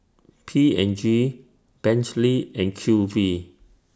P and G Bentley and Q V